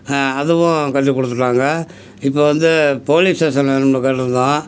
அதுவும் கட்டிக் கொடுத்துட்டாங்க இப்போது வந்து போலீஸ் ஸ்டேசன் வேணும்னு கேட்டிருந்தோம்